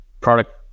product